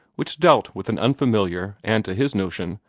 which dealt with an unfamiliar, and, to his notion,